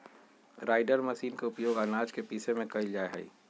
grinder machine के उपयोग आनाज के पीसे में कइल जाहई